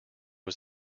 was